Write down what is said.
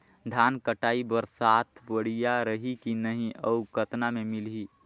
धान कटाई बर साथ बढ़िया रही की नहीं अउ कतना मे मिलही?